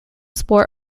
sport